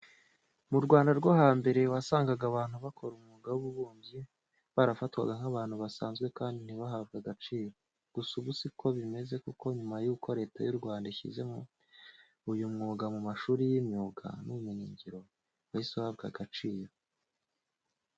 Mu Rwanda rwo hambere wasangaga abantu bakora umwuga w'ububumbyi barafatwaga nk'abantu basanze kandi ntibahabwe agaciro. Gusa ubu, si ko bimeze kuko nyuma yuko Leta y'u Rwanda ishyize uyu mwuga mu mashuri y'imyuga n'ubumenyingira wahise uhabwa agaciro.